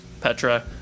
petra